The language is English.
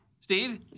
Steve